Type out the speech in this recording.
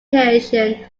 creation